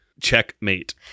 checkmate